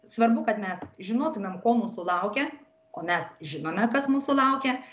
svarbu kad mes žinotumėm ko mūsų laukia o mes žinome kas mūsų laukia